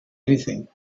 anything